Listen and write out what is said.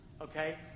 Okay